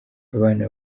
abana